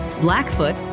Blackfoot